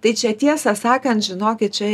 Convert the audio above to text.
tai čia tiesą sakant žinokit čia